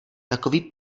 takový